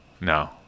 No